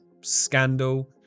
scandal